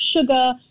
sugar